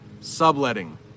Subletting